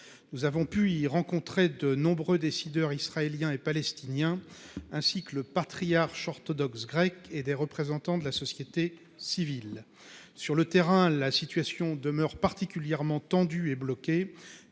délégation a pu rencontrer nombre de décideurs israéliens et palestiniens, ainsi que le patriarche orthodoxe grec de Jérusalem et des représentants de la société civile. Sur le terrain, la situation demeure particulièrement tendue et bloquée.